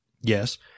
yes